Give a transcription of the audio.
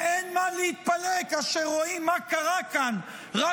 ואין מה להתפלא כאשר רואים מה קרה כאן רק